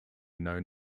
known